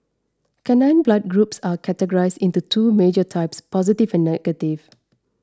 canine blood groups are categorised into two major types positive and negative